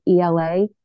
ELA